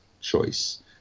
choice